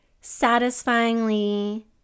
satisfyingly